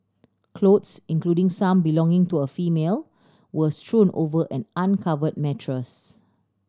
clothes including some belonging to a female were strewn over an uncover mattress